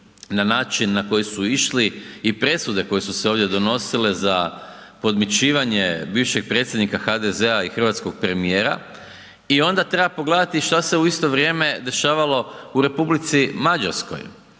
na način na koji su išli i presude koje su se ovdje donosile za podmićivanje bivšeg predsjednika HDZ-a i hrvatskog premijera i onda treba pogledati šta se u isto vrijeme dešavalo u Republici Mađarskoj,